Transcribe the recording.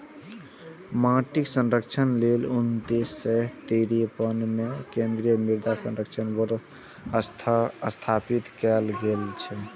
माटिक संरक्षण लेल उन्नैस सय तिरेपन मे केंद्रीय मृदा संरक्षण बोर्ड स्थापित कैल गेल रहै